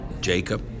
Jacob